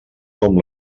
com